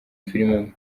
filime